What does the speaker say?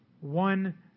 one